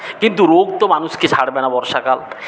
কিন্তু রোগ তো মানুষকে ছাড়বে না বর্ষাকাল